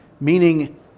Meaning